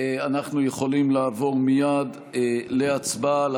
אנחנו יכולים לעבור מייד להצבעה על